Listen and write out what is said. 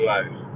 Life